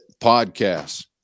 podcasts